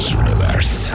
universe